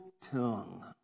tongue